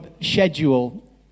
schedule